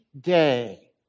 day